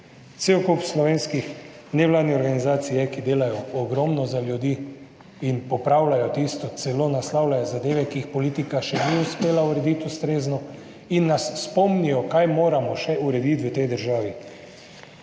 Cel kup slovenskih nevladnih organizacij je, ki delajo ogromno za ljudi in popravljajo tisto, celo naslavljajo zadeve, ki jih politika še ni uspela ustrezno urediti in nas spomnijo, kaj moramo še urediti v tej državi.